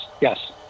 yes